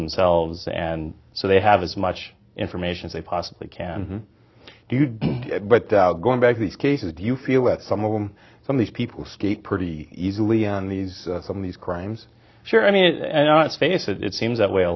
themselves and so they have as much information as they possibly can but going back to these cases do you feel that some of them some of these people skate pretty easily on these some of these crimes sure i mean and not face it seems that way a